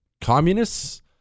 communists